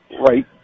right